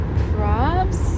props